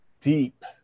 deep